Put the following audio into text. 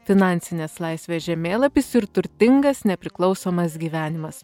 finansinės laisvės žemėlapis ir turtingas nepriklausomas gyvenimas